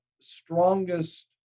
strongest